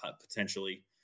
potentially